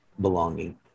belonging